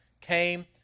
came